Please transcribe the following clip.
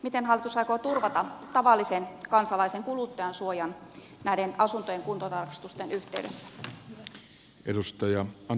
miten hallitus aikoo turvata tavallisen kansalaisen kuluttajansuojan näiden asuntojen kuntotarkastusten yhteydessä